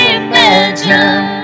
imagine